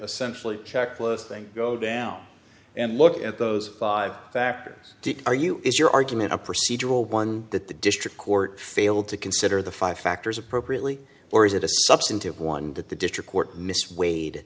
essentially check close thing go down and look at those five factors are you is your argument a procedural one that the district court failed to consider the five factors appropriately or is it a substantive one that the district